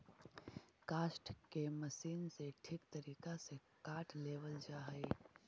काष्ठ के मशीन से ठीक तरीका से काट लेवल जा हई